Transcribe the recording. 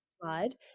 slide